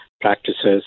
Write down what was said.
practices